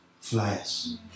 Flyers